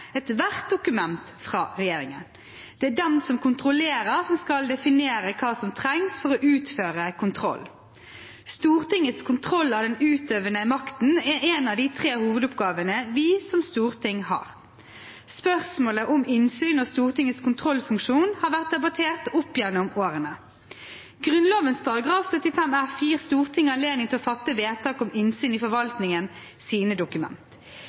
ethvert dokument fra regjeringen. Det er den som kontrollerer, som skal definere hva som trengs for å utføre kontroll. Stortingets kontroll av den utøvende makten er en av de tre hovedoppgavene vi som storting har. Spørsmålet om innsyn og Stortingets kontrollfunksjon har vært debattert opp gjennom årene. Grunnloven § 75 f gir Stortinget anledning til å fatte vedtak om innsyn i